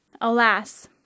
Alas